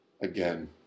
again